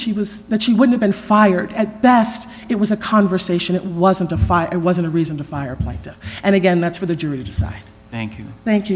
she was but she would have been fired at best it was a conversation it wasn't a fight it wasn't a reason to fire like that and again that's for the jury to decide thank you thank you